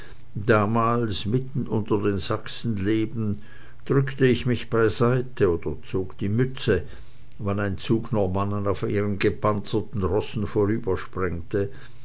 damals mitten unter den sachsen lebend drückte ich mich beiseite oder zog die mütze wann ein zug normannen auf ihren gepanzerten rossen